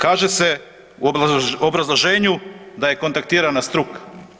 Kaže se u obrazloženju da je kontaktirana struka.